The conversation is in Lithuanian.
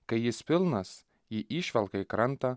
kai jis pilnas ji išvelka į krantą